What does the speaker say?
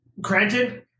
Granted